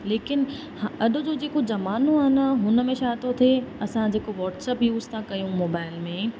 लेकिन हा अॼु जो जेको ज़मानो आहे न हुन में छा थो थिए असां जेको व्हाटसप यूस था कयूं मोबाइल में